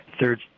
third